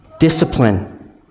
Discipline